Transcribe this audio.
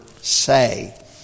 say